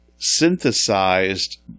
synthesized